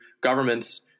governments